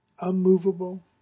unmovable